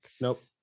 Nope